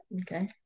Okay